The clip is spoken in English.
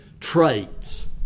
traits